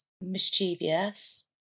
mischievous